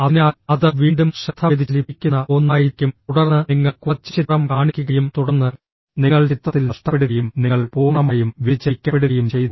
അതിനാൽ അത് വീണ്ടും ശ്രദ്ധ വ്യതിചലിപ്പിക്കുന്ന ഒന്നായിരിക്കും തുടർന്ന് നിങ്ങൾ കുറച്ച് ചിത്രം കാണിക്കുകയും തുടർന്ന് നിങ്ങൾ ചിത്രത്തിൽ നഷ്ടപ്പെടുകയും നിങ്ങൾ പൂർണ്ണമായും വ്യതിചലിക്കപ്പെടുകയും ചെയ്തു